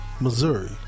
Missouri